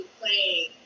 playing